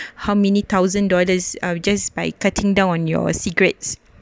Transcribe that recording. how many thousand dollars uh just by cutting down on your cigarettes